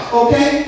okay